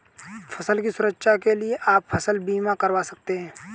फसल की सुरक्षा के लिए आप फसल बीमा करवा सकते है